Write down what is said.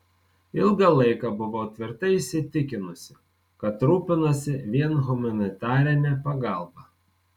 ilgą laiką buvau tvirtai įsitikinusi kad rūpinasi vien humanitarine pagalba